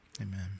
Amen